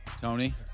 Tony